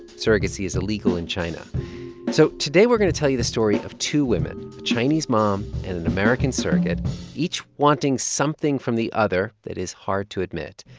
surrogacy is illegal in china so today, we're going to tell you the story of two women a chinese mom and an american surrogate each wanting something from the other that is hard to admit.